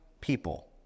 people